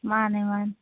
ꯃꯥꯅꯦ ꯃꯥꯅꯦ